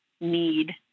need